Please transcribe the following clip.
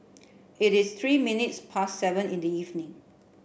it is three minutes past seven in the evening